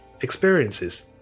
experiences